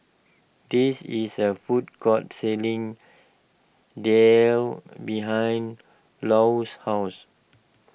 this is a food court selling Daal behind Lou's house